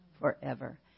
forever